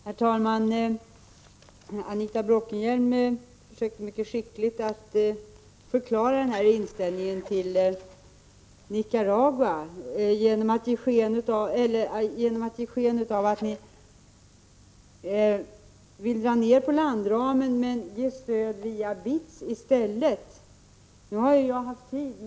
Herr talman! Anita Bråkenhielm försöker mycket skickligt att förklara inställningen till Nicaragua genom att ge sken av att moderaterna vill dra ner på landramen men ii stället ge stöd via BITS.